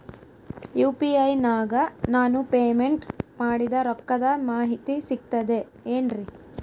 UPI ನಾಗ ನಾನು payment ಮಾಡಿದ ರೊಕ್ಕದ ಮಾಹಿತಿ ಸಿಕ್ತದೆ ಏನ್ರಿ?